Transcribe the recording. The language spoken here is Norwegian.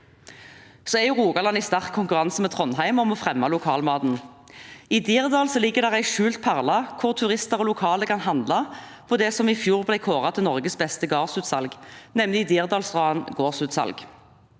Rogaland er i sterk konkurranse med Trøndelag om å fremme lokalmat. I Dirdal ligger det en skjult perle hvor turister og lokale kan handle på det som i fjor ble kåret til Norges beste gårdsutsalg, nemlig Dirdalstraen Gardsutsalg.